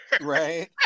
Right